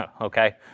Okay